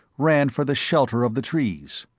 ran for the shelter of the trees.